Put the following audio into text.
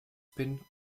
bin